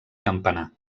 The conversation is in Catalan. campanar